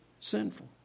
sinful